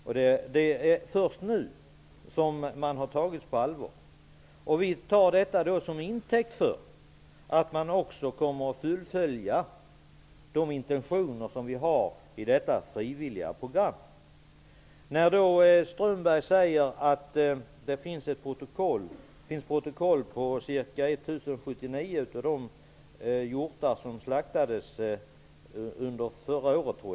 Det är först nu som man har tagits på allvar. Vi tar detta till intäkt för att man kommer att fullfölja intentionerna i detta frivilliga program. Strömberg säger att det finns protokoll över 1 799 hjortar som slaktades förra året.